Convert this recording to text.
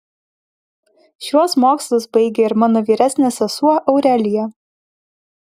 šiuos mokslus baigė ir mano vyresnė sesuo aurelija